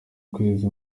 kwezi